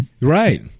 Right